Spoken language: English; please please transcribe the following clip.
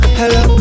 hello